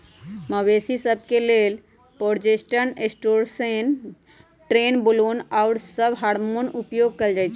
मवेशिय सभ के लेल प्रोजेस्टेरोन, टेस्टोस्टेरोन, ट्रेनबोलोन आउरो सभ हार्मोन उपयोग कयल जाइ छइ